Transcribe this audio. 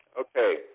Okay